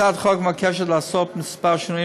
הצעת החוק מבקשת לעשות כמה שינויים